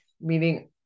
meaning